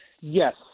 yes